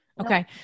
Okay